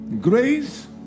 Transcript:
Grace